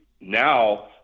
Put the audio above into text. now